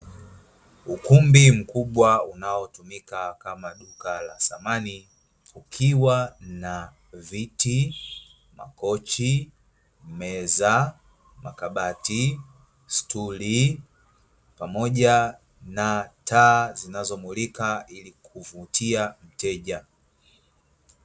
Ukumbi mkubwa unaotumika kama duka la samani, likiwa na viti, makochi, meza, makabati, stuli pamoja na taa zinazomulika ilikumvutia mteja.